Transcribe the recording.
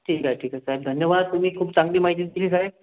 ठीक आहे ठीक आहे साहेब धन्यवाद तुम्ही खूप चांगली माहिती दिली साहेब